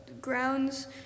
grounds